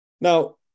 Now